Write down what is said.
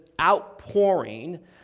outpouring